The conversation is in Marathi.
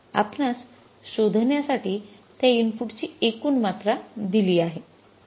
आपणास शोधण्यासाठी त्या इनपुटची एकूण मात्रा दिली आहे